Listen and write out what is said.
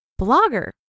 blogger